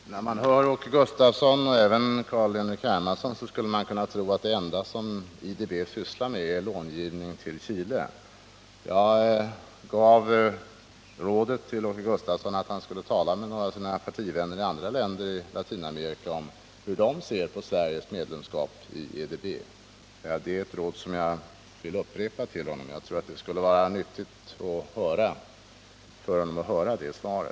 Herr talman! När man hör Åke Gustavsson och även Carl-Henrik Hermansson skulle man kunna tro att det enda som IDB sysslar med är långivning till Chile. Jag gav rådet till Åke Gustavsson att han skulle tala med några av sina partivänner i andra länder i Latinamerika om hur de ser på Sveriges medlemskap i IDB. Det är ett råd som jag vill upprepa. Jag tror att det skulle vara nyttigt för honom att höra deras svar.